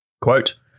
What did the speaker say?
Quote